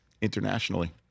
Internationally